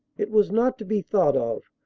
it was not to be thought of,